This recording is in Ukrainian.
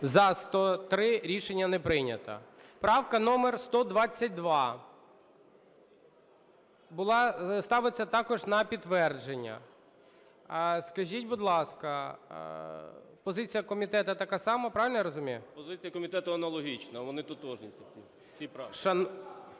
За-103 Рішення не прийнято. Правка номер 122 ставиться також на підтвердження. Скажіть, будь ласка, позиція комітету така сама, правильно я розумію? КУЗБИТ Ю.М. Позиція комітету аналогічна, вони тотожні ці